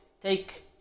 take